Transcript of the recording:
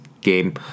game